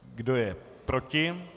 Kdo je proti?